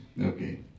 Okay